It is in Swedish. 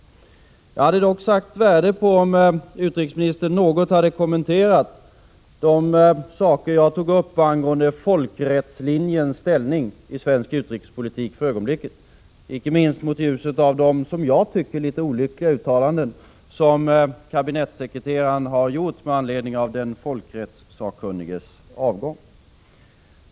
Jag hade dock satt värde på om utrikesministern något hade kommenterat de saker som jag tog upp beträffande folkrättslinjens ställning i svensk utrikespolitik för närvarande, icke minst mot bakgrund av de enligt min mening litet olyckliga uttalanden som kabinettssekreteraren har gjort med anledning av den folkrättsakkunniges avgång.